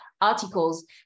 articles